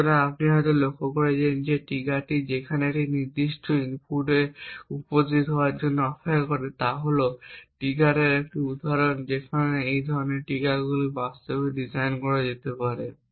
সুতরাং আপনি হয়তো লক্ষ্য করেছেন যে এই ট্রিগারটি যেখানে একটি নির্দিষ্ট ইনপুট উপস্থিত হওয়ার জন্য অপেক্ষা করে তা হল একটি ট্রিগারের একটি উদাহরণ যেখানে এই ধরনের ট্রিগারগুলিকে বাস্তবে ডিজাইন করা যেতে পারে